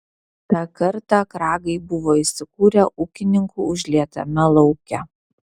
tą kartą kragai buvo įsikūrę ūkininkų užlietame lauke